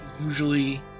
usually